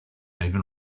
even